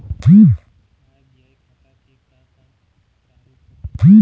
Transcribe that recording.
आय व्यय खाता के का का प्रारूप होथे?